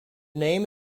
name